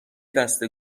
دسته